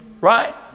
right